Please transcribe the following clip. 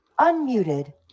Unmuted